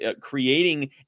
creating